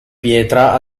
pietra